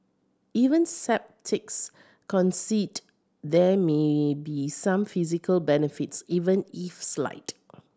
even sceptics concede there may be some physical benefits even if slight